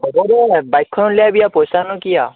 হ'ব দে বাইকখন উলিয়াই আনিবি আৰু পইচানো কি আৰু